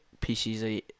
pc's